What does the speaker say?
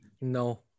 No